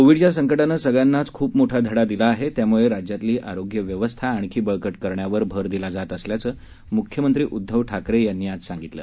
कोविडच्या संकटानं सगळ्यांनाच खूप मोठा धडा दिला आहे त्यामूळे राज्यातली आरोग्य व्यवस्था आणखी बळकट करण्यावर भर दिला जात असल्याचं मुख्यमंत्री उद्धव ठाकरे यांनी आज सांगितलं